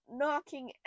knocking